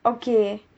okay